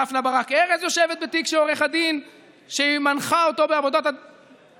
דפנה ברק ארז יושבת בתיק של העורך דין שהיא מנחה אותו בעבודת הדוקטורט